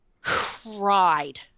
cried